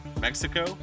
Mexico